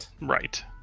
Right